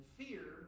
fear